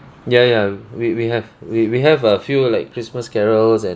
ya ya we we have we we have a few like christmas carols and